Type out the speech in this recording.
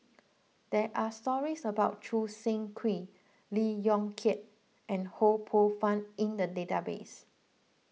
there are stories about Choo Seng Quee Lee Yong Kiat and Ho Poh Fun in the database